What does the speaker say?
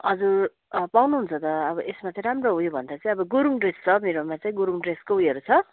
हजुर पाउनु हुन्छ त अब यसमा चाहिँ राम्रो ऊ योभन्दा चाहिँ अब गुरुङ ड्रेस छ मेरोमा चाहिँ गुरुङ ड्रेसको ऊ योहरू छ